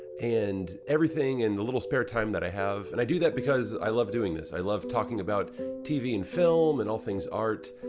and everything in the little spare time that i have and i do that, because i love doing this. i love talking about tv and film, and all things art,